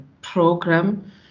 program